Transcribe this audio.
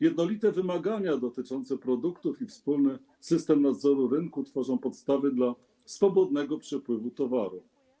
Jednolite wymagania dotyczące produktów i wspólny system nadzoru rynku tworzą podstawy dla swobodnego przepływu towarów.